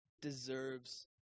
deserves